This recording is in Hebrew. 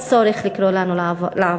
אין צורך לקרוא לנו לעבוד,